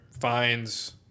finds